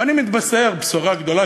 ואני מתבשר בשורה גדולה.